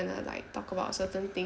want to like talk about certain things